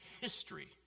History